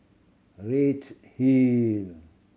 a redhill